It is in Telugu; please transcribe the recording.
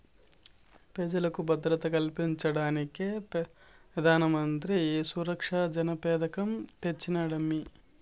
పెజలకు భద్రత కల్పించేదానికే పెదానమంత్రి ఈ సురక్ష జన పెదకం తెచ్చినాడమ్మీ